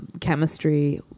chemistry